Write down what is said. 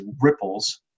ripples